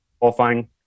qualifying